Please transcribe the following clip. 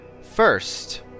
first